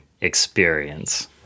experience